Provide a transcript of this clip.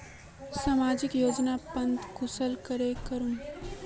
सामाजिक योजनार पता कुंसम करे करूम?